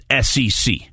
SEC